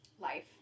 life